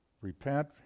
Repent